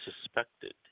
suspected